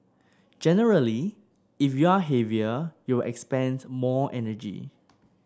generally if you're heavier you'll expend more energy